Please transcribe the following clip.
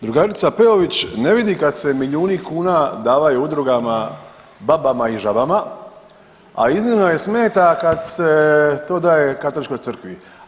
Drugarica Peović ne vidi kad se milijuni kuna davaju udrugama babama i žabama, a iznimno je smeta kad se to daje Katoličkoj crkvi.